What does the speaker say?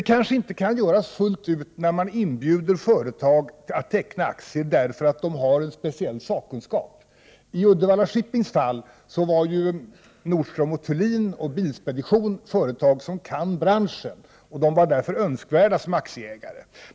Man kanske inte kan göra det fullt ut när man inbjuder företag att teckna aktier på grund av att de har en speciell sakkunskap. I fallet med Uddevalla Shipping var ju Nordström & Thulin och Bilspedition företag som kan branschen, och de var därför önskvärda som aktieägare.